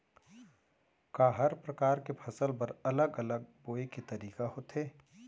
का हर प्रकार के फसल बर अलग अलग बोये के तरीका होथे?